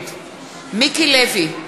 נגד מיקי לוי,